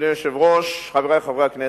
אדוני היושב-ראש, חברי חברי הכנסת,